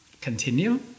continue